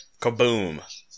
kaboom